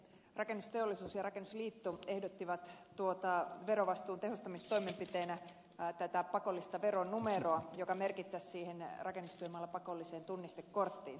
rakennusteollisuus ja rakennusliitto ehdottivat verovastuun tehostamistoimenpiteenä tätä pakollista veronumeroa joka merkittäisiin siihen rakennustyömaalla pakolliseen tunnistekorttiin